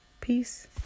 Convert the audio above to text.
Peace